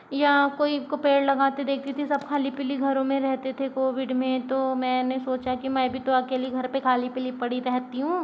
या कोई को पेड़ लगाते देखती थी सब खाली पीली घरों में रहते थे कोविड में तो मैंने सोचा की मैं भी तो अकेली घर पर खाली पीली पड़ी रहती हूँ